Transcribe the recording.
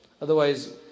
Otherwise